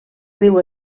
riu